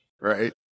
right